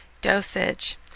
Dosage